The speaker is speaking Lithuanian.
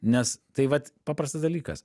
nes tai vat paprastas dalykas